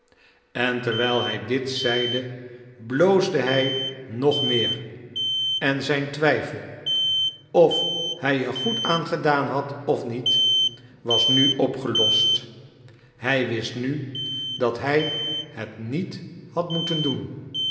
en terwijl hij dit zeide bloosde hij nog meer en zijn twijfel of hij er goed aan gedaan had of niet was nu opgelost hij wist nu dat hij het niet had moeten doen